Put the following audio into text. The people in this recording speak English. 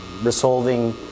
resolving